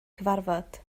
cyfarfod